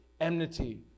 enmity